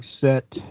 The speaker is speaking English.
set